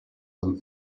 them